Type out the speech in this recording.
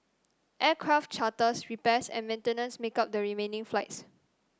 aircraft charters repairs and maintenance make up the remaining flights